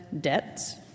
debts